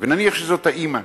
נניח שזאת האמא.